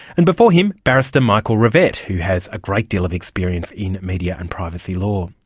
and before him, barrister michael rivette, who has a great deal of experience in media and privacy law.